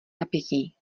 napětí